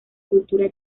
cultura